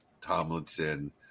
Tomlinson